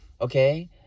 okay